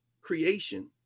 creation